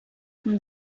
from